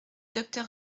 docteur